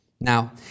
Now